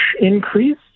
increase